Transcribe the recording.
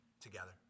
together